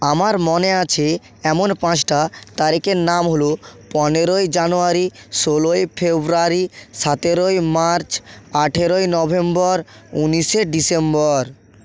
আমার মনে আছে এমন পাঁচটা তারিখের নাম হল পনেরোই জানুয়ারি ষোলই ফেব্রুয়ারি সাতেরোই মার্চ আঠেরোয় নভেম্বর উনিশে ডিসেম্বর